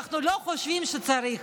אנחנו לא חושבים שצריך.